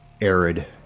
arid